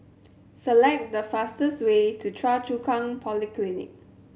select the fastest way to Choa Chu Kang Polyclinic